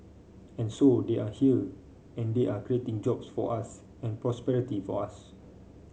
and so they are here and they are creating jobs for us and prosperity for us